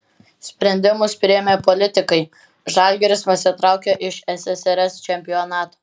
sprendimus priėmė politikai žalgiris pasitraukė iš ssrs čempionato